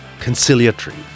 conciliatory